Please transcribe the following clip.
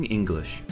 English